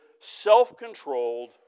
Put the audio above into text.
self-controlled